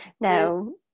No